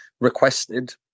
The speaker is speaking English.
requested